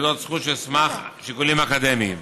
נקודות זכות של סמך שיקולים אקדמיים.